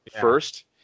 first